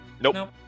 nope